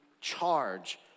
charge